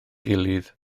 gilydd